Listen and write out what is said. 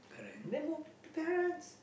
then both the parents